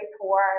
poor